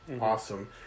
awesome